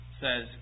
says